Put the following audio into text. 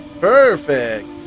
Perfect